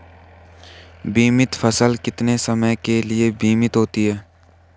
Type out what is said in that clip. बीमित फसल कितने समय के लिए बीमित होती है?